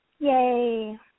Yay